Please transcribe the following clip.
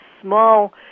small